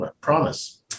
promise